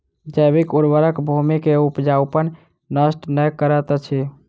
जैविक उर्वरक भूमि के उपजाऊपन नष्ट नै करैत अछि